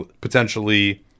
potentially